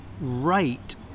right